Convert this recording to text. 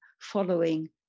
following